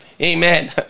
Amen